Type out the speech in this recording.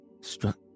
struck